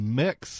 mix